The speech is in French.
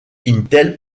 intel